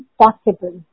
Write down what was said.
possible